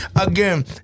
Again